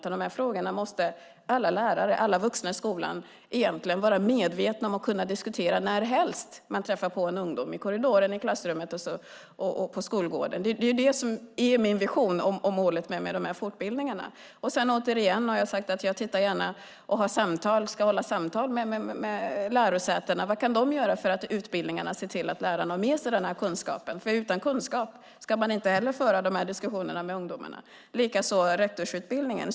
Egentligen måste alla lärare, alla vuxna i skolan, vara medvetna om och kunna diskutera dem närhelst man träffar på en ungdom i korridoren, i klassrummet och på skolgården. Det är min vision om målet med dessa fortbildningar. Som jag har sagt ska jag ha samtal med lärosätena för att höra vad de kan göra när det gäller utbildningarna så att lärarna får denna kunskap. Utan kunskap ska man inte föra sådana diskussioner med ungdomarna. Detsamma gäller rektorsutbildningen.